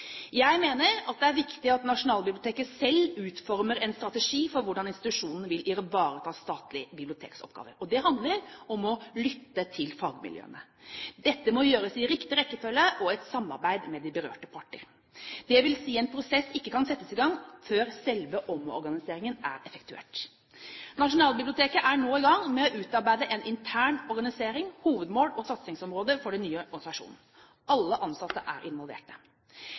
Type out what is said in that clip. Jeg mener det er viktig at Nasjonalbiblioteket selv utformer en strategi for hvordan institusjonen vil ivareta statlige bibliotekoppgaver. Det handler om å lytte til fagmiljøene. Dette må gjøres i riktig rekkefølge og i et samarbeid med de berørte parter, dvs. at en prosess ikke kan settes i gang før selve omorganiseringen er effektuert. Nasjonalbiblioteket er nå i gang med å utarbeide en intern organisering, hovedmål og satsingsområde for den nye organisasjonen. Alle ansatte er